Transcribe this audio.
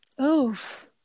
Oof